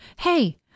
Hey